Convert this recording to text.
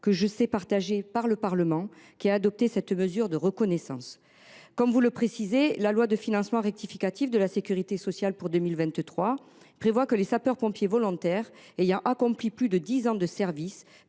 que je sais partagé par le Parlement, lequel a adopté cette mesure de reconnaissance. Comme vous le précisez, la loi de financement rectificative de la sécurité sociale pour 2023 tend à ce que les sapeurs pompiers volontaires ayant accompli plus de dix ans de service